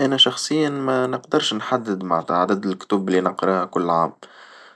أنا شخصيًا ما نقدرش نحدد معنتها عدد الكتب اللي نقراها كل عام،